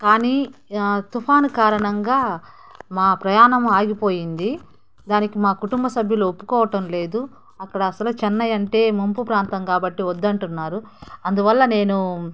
కానీ తుఫాను కారణంగా మా ప్రయాణం ఆగిపోయింది దానికి మా కుటుంబ సభ్యులు ఒప్పుకోవటం లేదు అక్కడ అసలే చెన్నై అంటే ముంపు ప్రాంతం కాబట్టి వద్దు అంటున్నారు అందువల్ల నేను